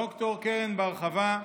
ד"ר קרן בר-חוה,